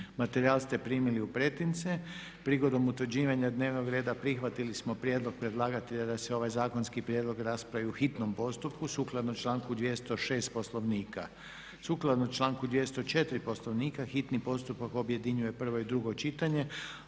Materijal ste primili u pretince. Prigodom utvrđivanja dnevnog reda prihvatili smo prijedlog predlagatelja da se ovaj zakonski prijedlog raspravi u hitnom postupku sukladno članku 206. Poslovnika. Sukladno članku 204. Poslovnika hitni postupak objedinjuje prvo i drugo čitanje